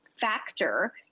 factor